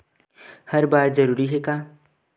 हर बार जरूरी हे का?